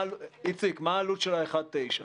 איציק, מה העלות של ה-1 9?